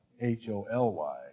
H-O-L-Y